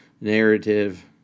narrative